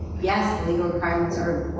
yeah legal requirements are